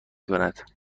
کند